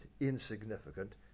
insignificant